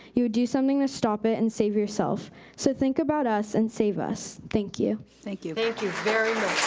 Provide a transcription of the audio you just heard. you would do something to stop it and save yourself. so think about us and save us. thank you. thank you thank you very